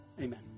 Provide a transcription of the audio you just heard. Amen